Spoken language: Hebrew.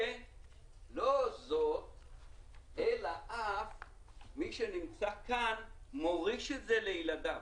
ולא זו בלבד אלא מי שנמצא כאן מוריש את זה לילדיו.